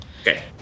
Okay